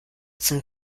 zum